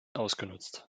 ausgenutzt